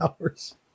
hours